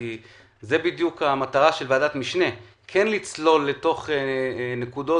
כי זאת בדיוק המטרה של ועדת משנה לצלול לתוך נקודות